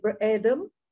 adam